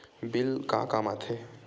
Bill का काम आ थे?